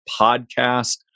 podcast